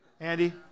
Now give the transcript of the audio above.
Andy